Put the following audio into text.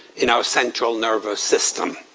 in our central nervous system.